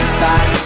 back